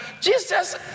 Jesus